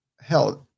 hell